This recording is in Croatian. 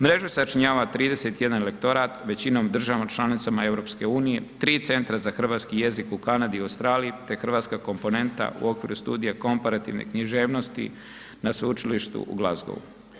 Mrežu sačinjava 31 lektorat, većinom u državama članicama EU, 3 centra za hrvatski jezik u Kanadi i Australiji te hrvatska komponenta u okviru studija komparativne književnosti na Sveučilištu u Glasgowu.